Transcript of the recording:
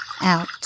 out